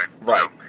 Right